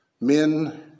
men